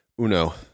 uno